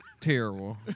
terrible